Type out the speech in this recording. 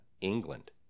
England